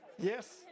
Yes